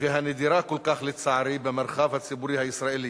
והנדירה כל כך, לצערי, במרחב הציבורי הישראלי,